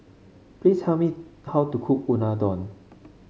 please tell me how to cook Unadon